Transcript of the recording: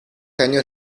años